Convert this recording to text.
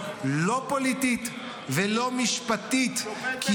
לא פוליטית ולא משפטית -- שופט בית משפט עליון.